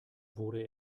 wurde